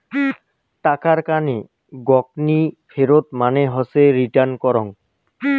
টাকার কানে গকনি ফেরত মানে হসে রিটার্ন করং